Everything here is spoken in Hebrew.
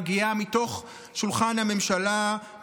מגיעה מתוך שולחן הממשלה,